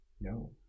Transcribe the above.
No